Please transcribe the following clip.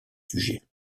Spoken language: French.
sujet